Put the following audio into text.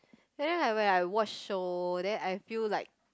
and then like when I watch show then I feel like